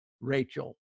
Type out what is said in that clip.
Rachel